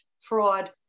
fraud